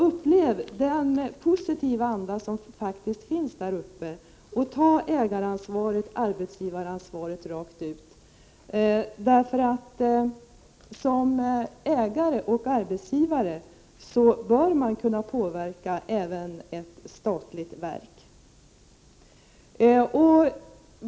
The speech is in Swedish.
Upplev den positiva anda som faktiskt finns där uppe! Och ta ägaroch arbetsgivaransvaret rakt ut! Som ägare och arbetsgivare bör man ju kunna påverka även en statlig verksamhet.